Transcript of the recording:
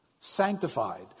sanctified